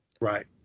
Right